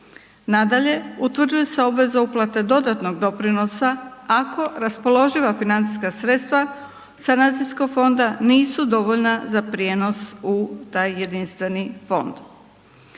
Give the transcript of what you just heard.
Nadalje utvrđuje se obveza uplate dodatnog doprinosa ako raspoloživa financijska sredstva ne budu dovoljna te se dodatni